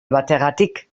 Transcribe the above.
bategatik